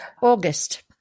August